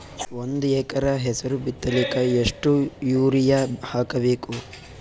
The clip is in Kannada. ಒಂದ್ ಎಕರ ಹೆಸರು ಬಿತ್ತಲಿಕ ಎಷ್ಟು ಯೂರಿಯ ಹಾಕಬೇಕು?